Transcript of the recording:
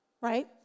right